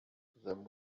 them